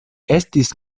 estis